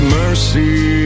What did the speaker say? mercy